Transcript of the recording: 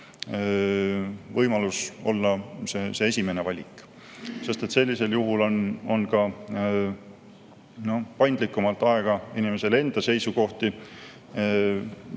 võimalus olla esimene valik, sest sellisel juhul on ka paindlikumalt aega inimesel enda seisukohti